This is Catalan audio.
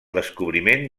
descobriment